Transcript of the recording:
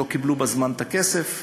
שלא קיבלו בזמן את הכסף.